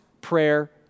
prayer